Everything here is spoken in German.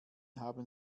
haben